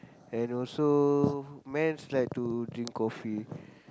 and also men like to drink coffee